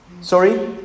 Sorry